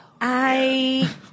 I-